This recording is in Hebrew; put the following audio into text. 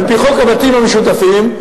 על-פי חוק הבתים המשותפים,